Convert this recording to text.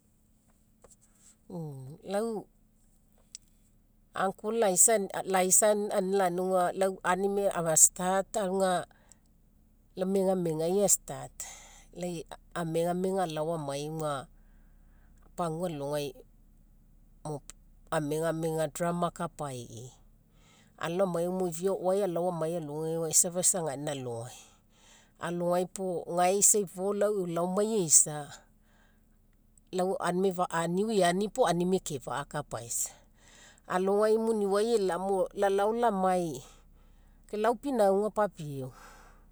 lau uncle laisa anina lani auga, lai aunimai aga start auga lai megamegai astart, amegamega alao amai auga pagua alogai amegamega drama akapii. Alao amai mo iviao o'oae alogai alao amai auga isa safa isa gaina alogai, alogai puo gae isa ifo lau e'u laomai eisa lau aniu eani puo aunimai ekefa'a akapaisa. Alogai lalao lamai, kai lau pinauga papieu